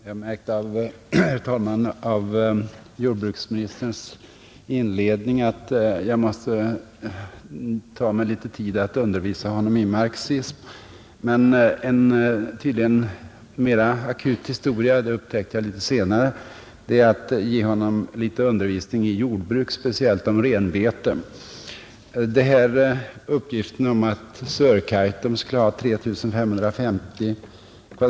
Herr talman! Av jordbruksministerns inledning märkte jag att jag måste ta mig litet tid till att undervisa honom i marxism, men litet senare upptäckte jag att det är en tydligen ännu mera akut uppgift att ge jordbruksministern litet undervisning i jordbruk, speciellt om renbeten. Uppgiften att Sörkaitum skulle ha 3 550 km?